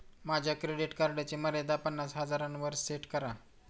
माझ्या क्रेडिट कार्डची मर्यादा पन्नास हजारांवर सेट करा